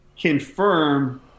Confirm